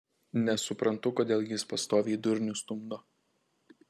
nesuprantu kodėl jis pastoviai durnių stumdo